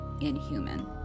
inhuman